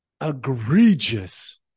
egregious